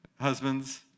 husbands